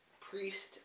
priest